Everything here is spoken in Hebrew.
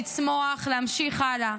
לצמוח ולהמשיך הלאה.